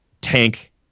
tank